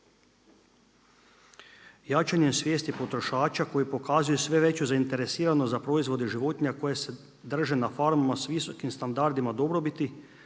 Jačanjem svijesti potrošača koji pokazuju sve veću zainteresiranost za proizvode životinja koje se drže na farmama sa visokim standardima dobrobiti